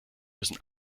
müssen